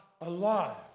alive